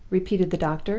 repeated the doctor,